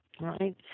right